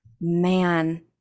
man